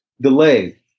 Delay